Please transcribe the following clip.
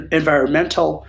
environmental